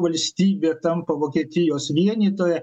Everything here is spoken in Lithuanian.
valstybė tampa vokietijos vienytoja